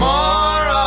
More